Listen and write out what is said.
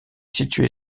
situé